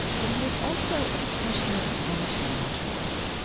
but he was also a passionate amateur naturalist,